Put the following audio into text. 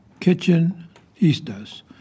Kitchenistas